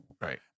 Right